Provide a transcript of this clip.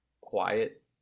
quiet